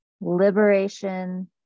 liberation